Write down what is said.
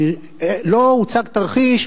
לצערי,